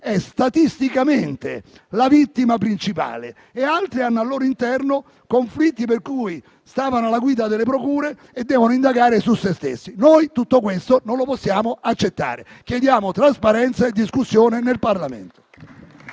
è statisticamente la vittima principale. E altri hanno al loro interno conflitti per cui stavano alla guida delle procure e devono indagare su se stessi. Noi tutto questo non lo possiamo accettare, dunque chiediamo trasparenza e discussione in Parlamento.